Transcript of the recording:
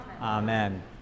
amen